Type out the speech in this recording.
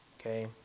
Okay